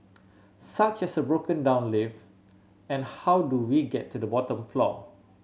such as a broken down lift and how do we get to the bottom floor